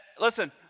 listen